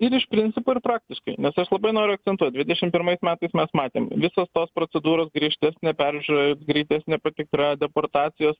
ir iš principo ir praktiškai nes aš labai noriu akcentuot dvidešim pirmais metais mes matėm visos tos procedūros griežtesnė peržiūra greitesnė patikra deportacijos